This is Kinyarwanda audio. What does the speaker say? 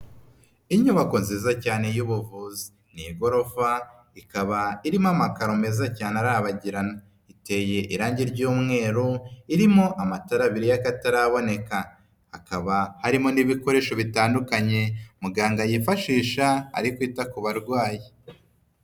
Inyubako nziza cyane y'ubuvuzi. Ni igorofa, ikaba irimo amakaro meza cyane arabagirana. Iteye irangi ry'umweru, irimo amatara abiri y'akataraboneka. Hakaba harimo n'ibikoresho bitandukanye muganga yifashisha ari kwita ku barwayi.